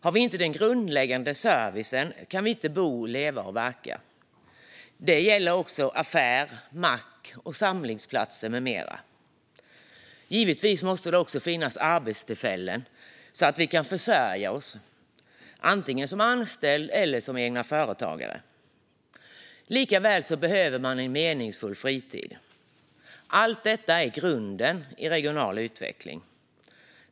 Har vi inte den grundläggande servicen kan vi inte bo, leva och verka. Det gäller också affär, mack, samlingsplats med mera. Givetvis måste det också finnas arbetstillfällen så att vi kan försörja oss, antingen som anställd eller som egen företagare. Man behöver också en meningsfull fritid. Allt detta är grunden i regional utveckling.